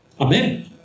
Amen